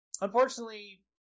Unfortunately